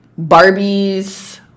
Barbies